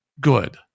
good